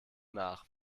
nach